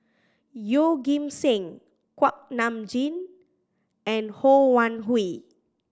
Yeoh Ghim Seng Kuak Nam Jin and Ho Wan Hui